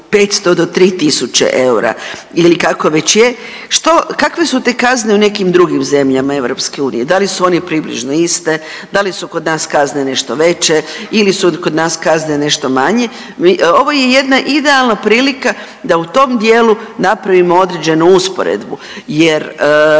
500 do 3.000 eura ili kako već je, što, kakve su te kazne u nekim drugim zemljama EU. Da li su one približno iste, da li su kod nas kazne nešto veće ili su kod nas kazne nešto manje? Ovo je jedna idealna prilika da u tom dijelu napravimo određenu usporedbu jer